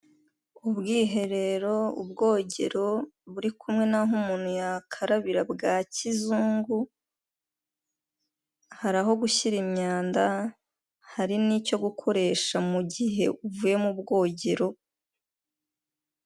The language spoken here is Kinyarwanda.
Ubwiherero, ubwogero buri kumwe naho umuntu yakarabira bwa kizungu, hari aho gushyira imyanda, hari n'icyo gukoresha mu gihe uvuye mu bwogero.